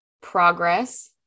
progress